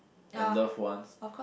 and love ones